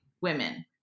women